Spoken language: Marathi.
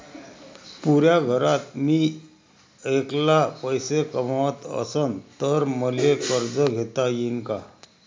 पुऱ्या घरात मी ऐकला पैसे कमवत असन तर मले कर्ज घेता येईन का?